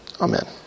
Amen